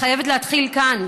חייבת להתחיל כאן,